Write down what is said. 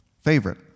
favorite